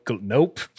Nope